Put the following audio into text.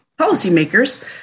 policymakers